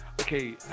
okay